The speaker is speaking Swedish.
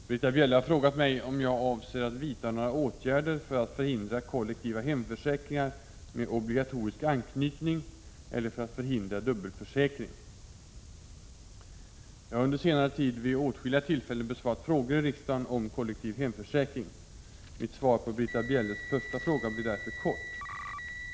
Herr talman! Britta Bjelle har frågat mig om jag avser att vidta några åtgärder för att förhindra kollektiva hemförsäkringar med obligatorisk anknytning eller för att förhindra dubbelförsäkring. Jag har under senare tid vid åtskilliga tillfällen besvarat frågor i riksdagen om kollektiv hemförsäkring. Mitt svar på Britta Bjelles första fråga blir därför kort.